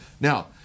Now